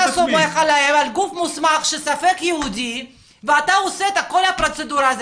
אתה סומך על גוף מוסמך שהוא בספק יהודי ואתה עושה את כל הפרוצדורה הזו.